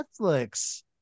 Netflix